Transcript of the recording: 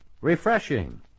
refreshing